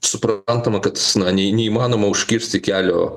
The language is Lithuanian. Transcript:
suprantama kad na ne neįmanoma užkirsti kelio